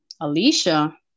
Alicia